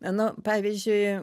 nu pavyzdžiui